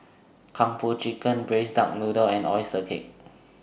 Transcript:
Kung Po Chicken Braised Duck Noodle and Oyster Cake